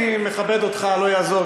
אני מכבד אותך, לא יעזור.